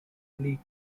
league